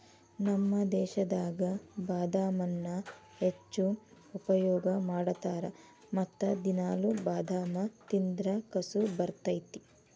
ನಮ್ಮ ದೇಶದಾಗ ಬಾದಾಮನ್ನಾ ಹೆಚ್ಚು ಉಪಯೋಗ ಮಾಡತಾರ ಮತ್ತ ದಿನಾಲು ಬಾದಾಮ ತಿಂದ್ರ ಕಸು ಬರ್ತೈತಿ